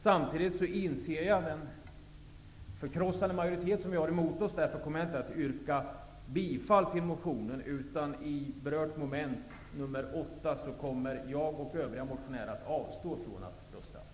Samtidigt är jag medveten om den förkrossande majoritet som vi har emot oss. Därför kommer jag inte att yrka bifall till motionen, utan under berört moment, mom. 8, kommer jag och mina medmotionärer avstå från att begära omröstning.